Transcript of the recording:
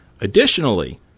Additionally